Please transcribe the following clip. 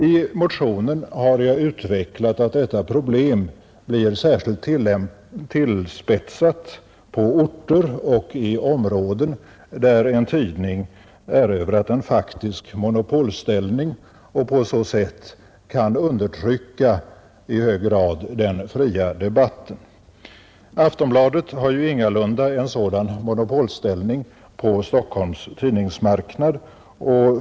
I motionen har jag utvecklat att detta problem blir särskilt tillspetsat på orter och i områden där en tidning erövrat en faktisk monopolställning och på så sätt kan undertrycka den fria debatten i hög grad. Aftonbladet har ju ingalunda en sådan monopolställning på Stockholms tidningsmarknad.